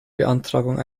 beantragung